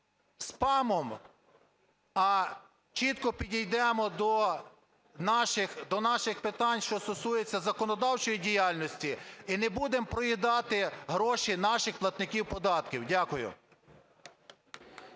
спамом, а чітко підійдемо до наших питань, що стосується законодавчої діяльності і не будемо проїдати гроші наших платників податків. Дякую.